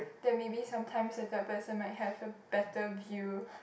then maybe sometimes a third person might have a better view